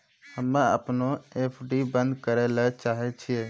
हम्मे अपनो एफ.डी बन्द करै ले चाहै छियै